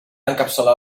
encapçalar